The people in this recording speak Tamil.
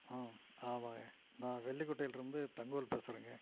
ஆ ஆமாங்க நான் வெள்ளிக்கோட்டையில் இருந்து தங்கவேல் பேசுகிறேங்க